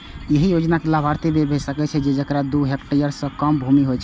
एहि योजनाक लाभार्थी वैह भए सकै छै, जेकरा दू हेक्टेयर सं कम भूमि होय